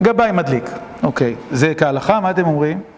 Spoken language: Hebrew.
גבאי מדליק, אוקיי. זה כהלכה? מה אתם אומרים?